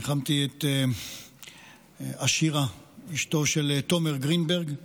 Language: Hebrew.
ניחמתי את אשירה, אשתו של תומר גרינברג,